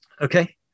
Okay